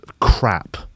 Crap